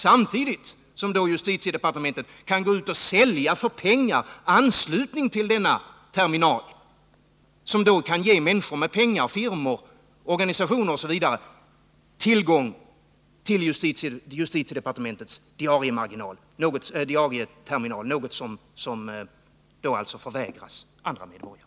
Samtidigt går justitiedepartementet ut och säljer för pengar anslutning till denna terminal, som kan ge människor med pengar, firmor, organisationer osv. tillgång till justitiedepartementets diarieterminal — något som alltså förvägras andra medborgare.